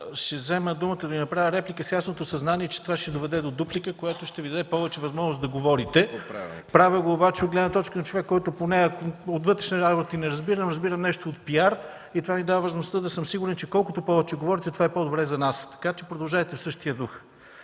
ще взема думата да Ви направя реплика с ясното съзнание, че това ще доведе до дуплика, което ще Ви даде повече възможност да говорите. Правя го обаче от гледна точка на човек, който от вътрешни работи не разбира, но разбира нещо от PR и това ми дава възможността да съм сигурен, че колкото повече говорите, това е по-добре за нас. Така че продължавайте в същия дух.